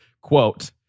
quote